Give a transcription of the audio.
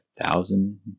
thousand